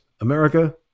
America